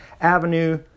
avenue